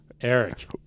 Eric